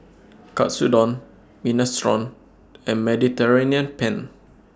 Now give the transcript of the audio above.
Katsudon Minestrone and Mediterranean Penne